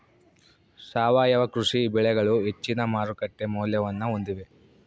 ಸಾವಯವ ಕೃಷಿ ಬೆಳೆಗಳು ಹೆಚ್ಚಿನ ಮಾರುಕಟ್ಟೆ ಮೌಲ್ಯವನ್ನ ಹೊಂದಿವೆ